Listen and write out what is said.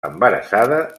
embarassada